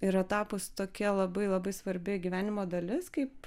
yra tapus tokia labai labai svarbi gyvenimo dalis kaip